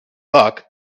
luck